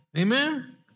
Amen